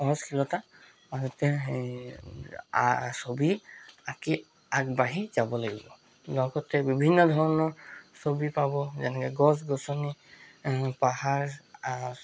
সহজশীলতা সেই ছবি আঁকি আগবাঢ়ি যাব লাগিব লগতে বিভিন্ন ধৰণৰ ছবি পাব যেনে গছ গছনি পাহাৰ